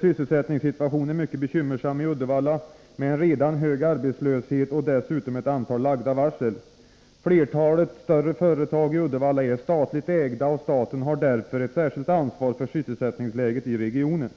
Sysselsättningssituationen är mycket bekymmersam i Uddevalla med en redan hög arbetslöshet och dessutom ett antal lagda varsel. Flertalet större företag i Uddevalla är statligt ägda, och staten har därför ett särskilt ansvar för sysselsättningsläget i regionen.